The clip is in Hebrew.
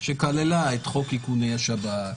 שכללה את חוק איכוני השב"כ,